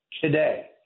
today